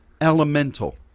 Elemental